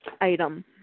item